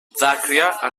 δάκρυα